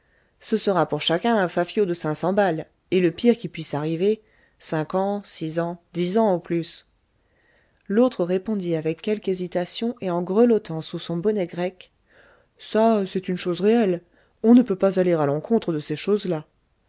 ce sera pour chacun un fafiot de cinq cents balles et le pire qui puisse arriver cinq ans six ans dix ans au plus l'autre répondit avec quelque hésitation et en grelottant sous son bonnet grec ça c'est une chose réelle on ne peut pas aller à l'encontre de ces choses-là